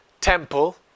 temple